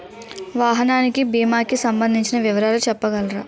వాహనానికి భీమా కి సంబందించిన వివరాలు చెప్పగలరా?